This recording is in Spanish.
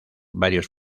varios